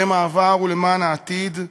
בשם העבר ולמען העתיד.